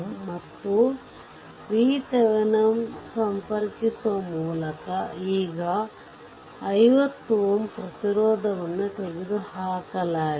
ಮತ್ತು VThevenin ಸಂಪರ್ಕಿಸುವ ಮೂಲಕ ಈಗ 50 Ω ಪ್ರತಿರೋಧವನ್ನು ತೆಗೆದುಹಾಕಲಾಗಿದೆ